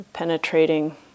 Penetrating